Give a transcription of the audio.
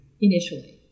initially